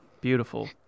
Beautiful